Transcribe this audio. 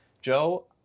joe